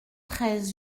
treize